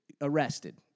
arrested